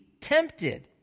tempted